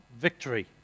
victory